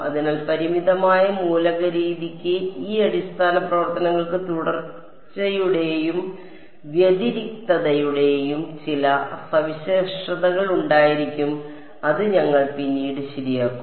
അതിനാൽ പരിമിതമായ മൂലക രീതിക്ക് ഈ അടിസ്ഥാന പ്രവർത്തനങ്ങൾക്ക് തുടർച്ചയുടെയും വ്യതിരിക്തതയുടെയും ചില സവിശേഷതകൾ ഉണ്ടായിരിക്കണം അത് ഞങ്ങൾ പിന്നീട് ശരിയാക്കും